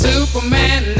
Superman